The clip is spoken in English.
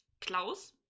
Klaus